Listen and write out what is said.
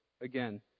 again